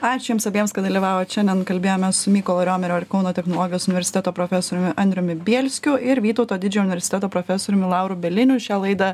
ačiū jums abiems kad dalyvavot šiandien kalbėjomės su mykolo riomerio ir kauno technologijos universiteto profesoriumi andriumi bielskiu ir vytauto didžiojo universiteto profesoriumi lauru bieliniu šią laidą